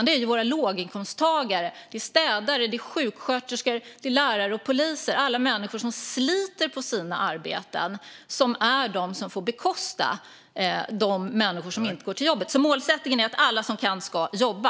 Det är våra låginkomsttagare, städare, sjuksköterskor, lärare och poliser. Det är alla människor som sliter på sina arbeten som är de som får bekosta de människor som inte går till jobbet. Målsättningen är att alla som kan ska jobba.